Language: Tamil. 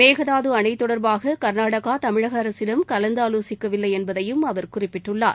மேகதாது அணை தொடர்பாக கர்நாடகா தமிழக அரசிடம் கலந்து ஆலோசிக்கவில்லை என்பதையும் அவர் குறிப்பிட்டுள்ளார்